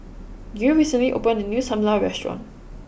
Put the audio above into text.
Gil recently opened a new Sam Lau Restaurant